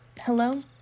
Hello